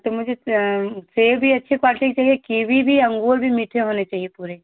तो मुझे सेब भी अच्छे क्वालटी के चाहिए कीवी भी अंगूर भी मीठे होने चाहिए पूरे